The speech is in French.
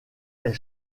est